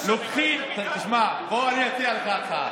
בדרך כלל לוקחים, בוא, אני אציע לך הצעה.